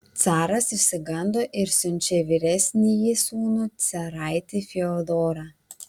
caras išsigando ir siunčia vyresnįjį sūnų caraitį fiodorą